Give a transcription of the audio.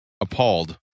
Appalled